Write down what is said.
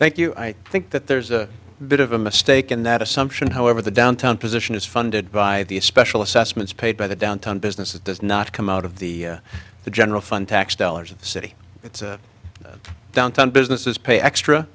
thank you i think that there's a bit of a mistake in that assumption however the downtown position is funded by the special assessments paid by the downtown business it does not come out of the the general fund tax dollars city it's a downtown businesses pay extra